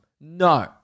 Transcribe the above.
no